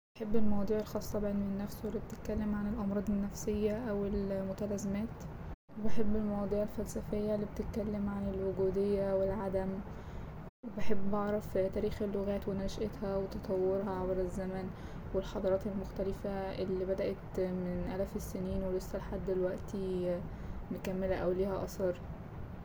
بحب المواضيع الخاصة بعلم النفس واللي بتتكلم عن الأمراض النفسية أو المتلازمات وبحب المواضيع الفلسفية اللي بتتكلم عن الوجودية والعدم وبحب أعرف تاريخ اللغات ونشأتها وتطورها عبر الزمن والحضارات المختلفة اللي بدأت من آلاف السنين ولسه لحد دلوقتي مكمله أو ليها أثر.